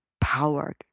power